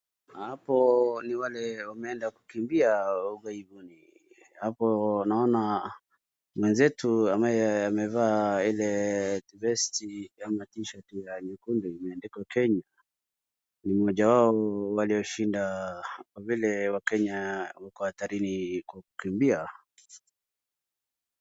Hapo ni wale wameenda kukimbia Ughaibuni. Hapo naona mwenzetu ambaye amevaa ile vest ama T-shirt ya nyekundu imeandikwa Kenya. Ni mmoja wao walioshinda kwa vile wakenya wako hatarini kukimbia.